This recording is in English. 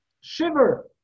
shiver